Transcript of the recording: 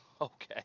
Okay